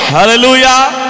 Hallelujah